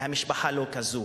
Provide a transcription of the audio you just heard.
והמשפחה היא לא כזאת.